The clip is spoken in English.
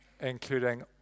including